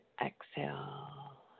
exhale